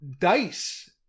dice